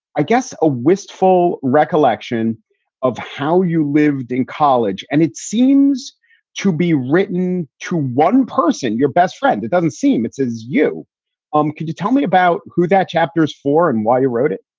i guess, a wistful recollection of how you lived in college. and it seems to be written to one person, your best friend. it doesn't seem it's as you um can tell me about who that chapter's for and why you wrote it